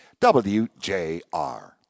WJR